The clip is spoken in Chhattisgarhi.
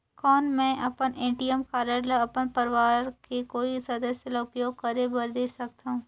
कौन मैं अपन ए.टी.एम कारड ल अपन परवार के कोई सदस्य ल उपयोग करे बर दे सकथव?